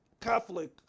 Catholic